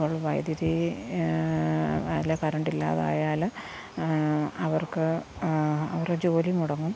അപ്പോൾ വൈദ്യുതി അല്ലെൽ കറണ്ട് ഇല്ലാതെ ആയാല് അവർക്ക് അവരെ ജോലി മുടങ്ങും